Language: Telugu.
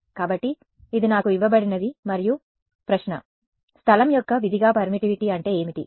కాబట్టి ఇది నాకు ఇవ్వబడినది మరియు ప్రశ్న స్థలం యొక్క విధిగా పర్మిటివిటీ అంటే ఏమిటి